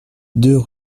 deux